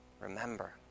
Remember